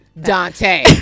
Dante